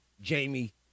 Jamie